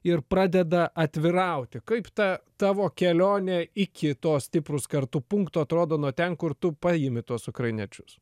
ir pradeda atvirauti kaip ta tavo kelionė iki to stiprūs kartu punkto atrodo nuo ten kur tu paimi tuos ukrainiečius